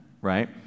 right